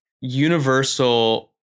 universal